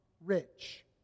rich